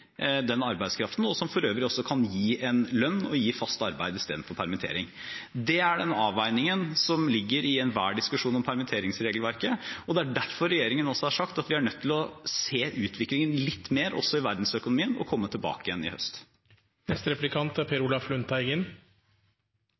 den arbeidskraften, og som for øvrig også kan gi lønn og fast arbeid istedenfor permittering. Det er den avveiningen som ligger i enhver diskusjon om permitteringsregelverket, og det er derfor regjeringen også har sagt at vi er nødt til å se an utviklingen litt mer, også i verdensøkonomien, og komme tilbake igjen i høst.